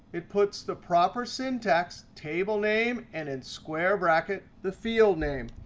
it puts the proper syntax, table name, and in square brackets, the field name.